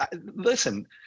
listen